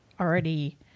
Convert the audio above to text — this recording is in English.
already